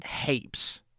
heaps